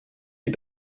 die